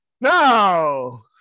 No